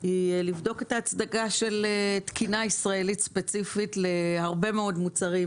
היא לבדוק את ההצדקה של תקינה ישראלית ספציפית להרבה מאוד מוצרים